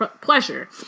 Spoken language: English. pleasure